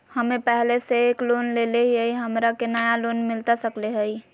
हमे पहले से एक लोन लेले हियई, हमरा के नया लोन मिलता सकले हई?